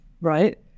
right